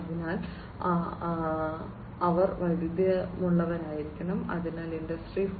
അതിനാൽ അവർക്കില്ല അതിനാൽ അവർ വൈദഗ്ധ്യമുള്ളവരായിരിക്കണം അതായത് ഇൻഡസ്ട്രി 4